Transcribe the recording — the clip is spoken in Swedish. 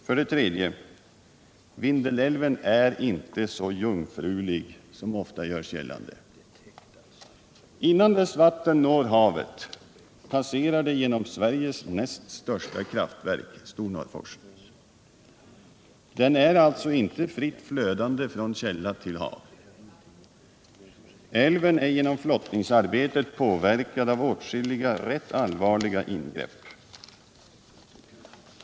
För det tredje är inte Vindelälven så jungfrulig som ofta görs gällande. Innan dess vatten når havet passerar det genom Sveriges näst största kraftverk, Stornorrforsen. Den är alltså inte fritt flödande från källa till hav. Älven är genom flottningsarbetet påverkad av åtskilliga ganska allvarliga ingrepp.